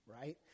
right